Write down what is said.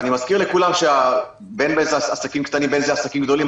אני מזכיר לכולם שבין אם זה עסקים קטנים ובין אם זה עסקים גדולים,